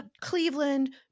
Cleveland